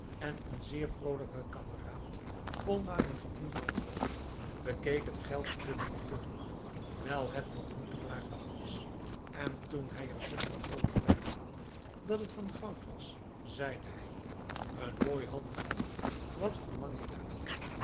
en een zeer vroolijke kameraad vol luimige invallen was bekeek het geldstuk nauwkeurig wijl het nog niet klaar dag was en toen hij er zich van overtuigd had dat het van goud was zeide hij een mooi handgeld wat verlang je daarvoor